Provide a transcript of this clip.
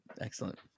Excellent